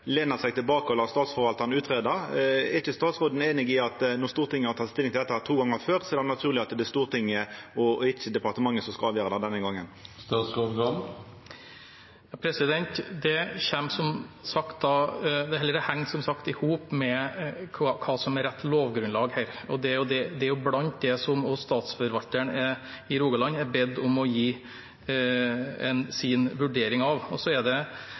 seg tilbake og let Statsforvaltaren greia ut. Er ikkje statsråden einig i at når Stortinget har teke stilling til dette to gonger før, er det naturleg at det er Stortinget og ikkje departementet som skal avgjera det denne gongen? Det henger som sagt i hop med hva som er rett lovgrunnlag her. Det er blant det Statsforvalteren i Rogaland er bedt om å gi sin vurdering av. Det er korrekt at det er forskjeller på behandlingen av grensejustering og deling. Om det ikke er statsråden som vedtar ved en grensejustering, er det